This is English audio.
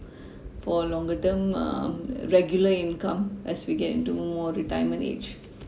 for longer term um regular income as we get into more retirement age